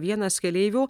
vienas keleivių